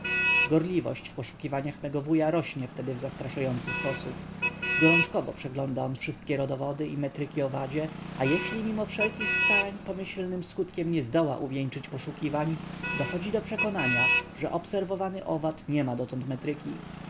w poszukiwaniach mego wuja rośnie wtedy w zastraszający sposób gorączkowo przegląda on wszystkie rodowody i metryki owadzie a jeśli mimo wszelkich starań pomyślnym skutkiem nie zdołał uwieńczyć poszukiwań dochodzi do przekonania że obserwowany owad niema dotąd metryki